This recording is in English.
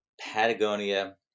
Patagonia